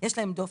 יש להם דופק.